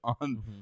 on